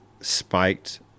spiked